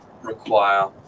require